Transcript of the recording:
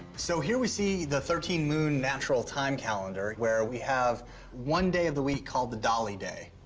so here we see the thirteen moon natural time calendar, where we have one day of the week called the dali day,